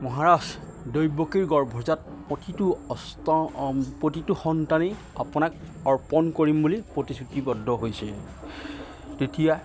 মহাৰাজ দৈৱকীৰ গৰ্ভজাত প্ৰতিটো অস্ত প্ৰতিটো সন্তানেই আপোনাক অৰ্পণ কৰিম বুলি প্ৰতিশ্ৰুতিবদ্ধ হৈছে তেতিয়া